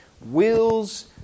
wills